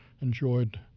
enjoyed